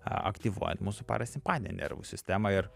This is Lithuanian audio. aktyvuojant mūsų parasimpatinę nervų sistemą ir